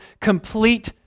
complete